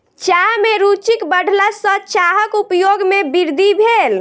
चाह में रूचिक बढ़ला सॅ चाहक उपयोग में वृद्धि भेल